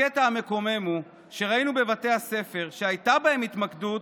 הקטע המקומם הוא שראינו שבבתי ספר שהייתה בהם התמקדות,